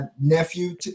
nephew